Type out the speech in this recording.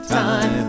time